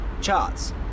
charts